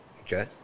okay